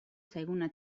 zaiguna